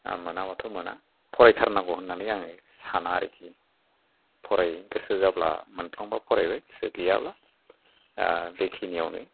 मोनाबाथ' मोना फरायथारनांगौ होननानै आङो साना आरोखि फराय गोसो जाब्ला मोनफ्लांबा फरायबाय गोसो गैयाबा बे खिनियावनो